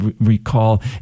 recall